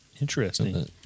Interesting